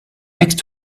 next